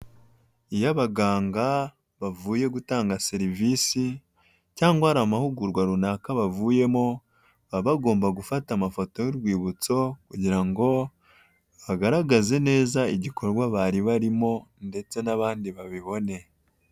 Iyo abaganga bavuye gutanga serivisi cyangwa hari amahugurwa runaka bavuyemo baba bagomba gufata amafoto y'urwibutso kugira ngo bagaragaze neza igikorwa bari barimo ndetse n'abandi babibone.